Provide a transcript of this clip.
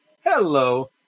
hello